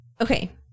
okay